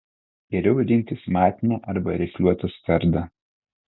geriau rinktis matinę arba rifliuotą skardą